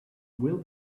will